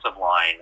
line